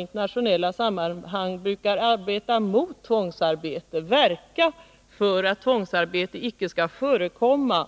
internationella sammanhang arbeta mot tvångsarbete, verka för att tvångsarbete icke skall förekomma.